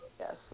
Yes